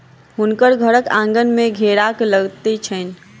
हुनकर घरक आँगन में घेराक लत्ती छैन